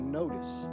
notice